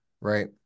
right